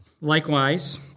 Likewise